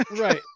Right